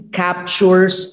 captures